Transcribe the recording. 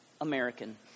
American